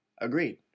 Agreed